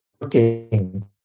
working